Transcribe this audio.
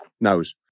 nose